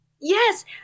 Yes